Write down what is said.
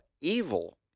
evil